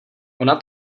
ona